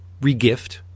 regift